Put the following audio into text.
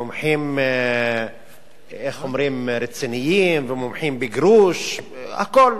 מומחים, איך אומרים רציניים, ומומחים בגרוש, הכול.